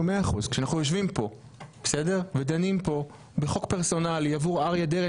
אנחנו יושבים כאן ודנים כאן בחוק פרסונלי עבור אריה דרעי,